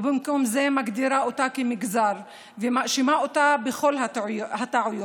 ובמקום זה מגדירה אותה כמגזר ומאשימה אותה בכל הטעויות.